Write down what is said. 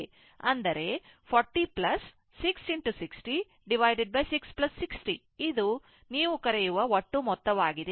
ಅಂದರೆ 40 6 60 6 60 ಇದು ನೀವು ಕರೆಯುವ ಒಟ್ಟು ಮೊತ್ತವಾಗಿದೆ